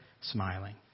smiling